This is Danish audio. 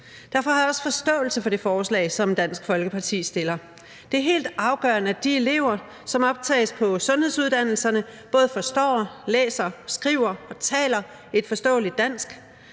Derfor har jeg også forståelse for det forslag, som Dansk Folkeparti fremsætter. Det er helt afgørende, at de elever, som optages på sundhedsuddannelserne, både forstår, læser, skriver og taler et forståeligt dansk.